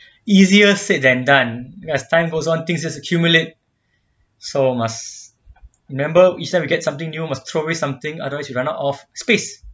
easier said than done as time goes on things get accumulate so must remember each time we get something new must throw away something otherwise you run out of space